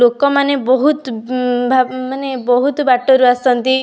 ଲୋକମାନେ ବହୁତ ଭାବେ ମାନେ ବହୁତ ବାଟରୁ ଆସନ୍ତି